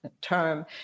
term